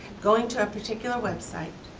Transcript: going to a particular website.